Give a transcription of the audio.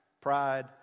pride